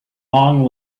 long